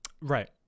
Right